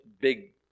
big